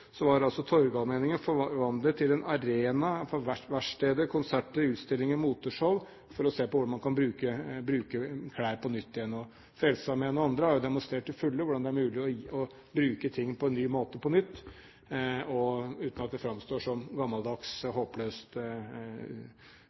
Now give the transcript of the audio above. var Torgallmenningen forvandlet til en arena for verksteder, konserter, utstillinger og moteshow for å se på hvordan man kan bruke klær på nytt igjen, og Frelsesarmeen og andre har jo demonstrert til fulle hvordan det er mulig å bruke ting på nytt, på en ny måte, uten at det framstår som gammeldags, håpløst